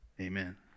Amen